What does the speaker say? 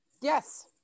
yes